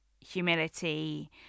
humility